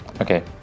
Okay